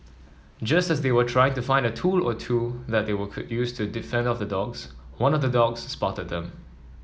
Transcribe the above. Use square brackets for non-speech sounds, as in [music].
just as they were trying to find a tool or two that they could use to [unintelligible] off the dogs one of the dogs spotted them